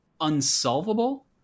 unsolvable